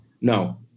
No